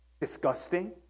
disgusting